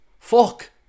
fuck